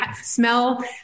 smell